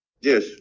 Yes